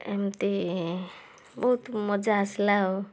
ଏମିତି ବହୁତ ମଜା ଆସିଲା ଆଉ